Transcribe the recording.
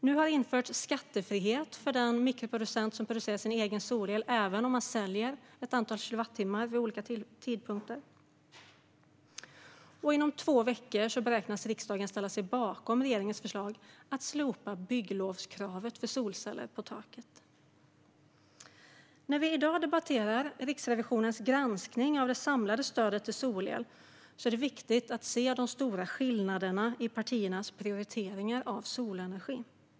Det har införts skattefrihet för den mikroproducent som producerar sin egen solel, även om denne säljer ett antal kilowattimmar vid olika tidpunkter, och inom två veckor beräknas riksdagen ställa sig bakom regeringens förslag att ta bort bygglovskravet för solceller på tak. När vi i dag debatterar Riksrevisionens granskning av det samlade stödet till solel är det viktigt att se de stora skillnaderna i partiernas prioriteringar av solenergi.